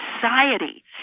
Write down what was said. society